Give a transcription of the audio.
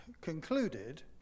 concluded